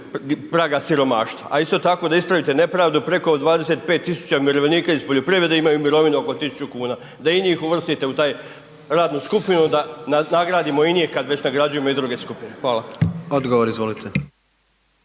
praga siromaštva a isto tako da ispravite nepravdu preko 25 000 umirovljenika iz poljoprivrede imaju mirovinu oko 1000 kn, da i njih uvrstite u tu radnu skupinu da nagradimo i njih kad već nagrađujemo i druge skupine, hvala. **Jandroković,